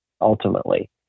ultimately